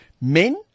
men